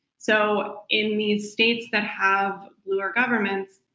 so in these states that have bluer government's,